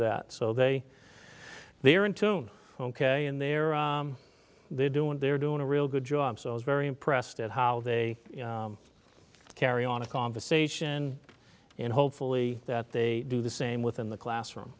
that so they they are in tune ok and there are they're doing they're doing a real good job so i was very impressed at how they carry on a conversation and hopefully that they do the same within the classroom